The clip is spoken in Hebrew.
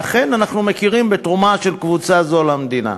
ואנחנו אכן מכירים בתרומה של קבוצה זו למדינה.